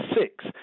six